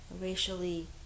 Racially